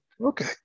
Okay